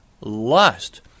lust